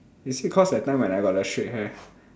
you see cause that time when I got the straight hair